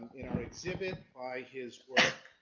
in our exhibit, by his work